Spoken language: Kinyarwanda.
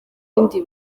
bindi